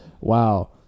Wow